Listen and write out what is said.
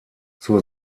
zur